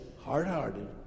hard-hearted